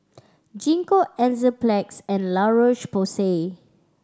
Gingko Enzyplex and La Roche Porsay